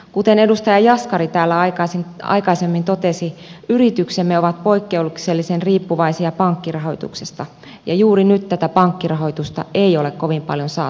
kuten edustaja jaskari täällä aikaisemmin totesi yrityksemme ovat poikkeuksellisen riippuvaisia pankkirahoituksesta ja juuri nyt tätä pankkirahoitusta ei ole kovin paljon saatavilla